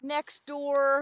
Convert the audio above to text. Nextdoor